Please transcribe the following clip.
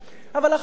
אבל עכשיו,